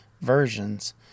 versions